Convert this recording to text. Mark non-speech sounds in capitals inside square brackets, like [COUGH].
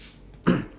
[COUGHS]